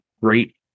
Great